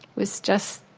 was just